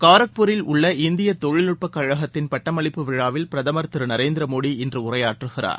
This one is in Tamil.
காரக்பூரில் உள்ள இந்திய தொழில்நுட்பக் கழகத்தின் பட்டமளிப்பு விழாவில் பிரதமர் திரு நரேந்திர மோடி இன்று உரையாற்றுகிறார்